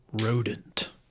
rodent